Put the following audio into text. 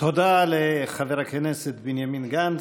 תודה לחבר הכנסת בנימין גנץ.